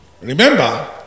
Remember